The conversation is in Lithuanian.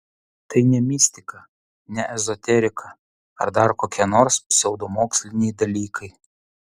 tai ne mistika ne ezoterika ar dar kokie nors pseudomoksliniai dalykai